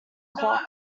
clock